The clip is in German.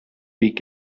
weg